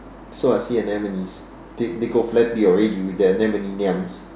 so are sea anemones they they go flap you already with their